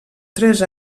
tres